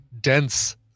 dense